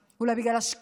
אולי בגלל השקרים?